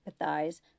empathize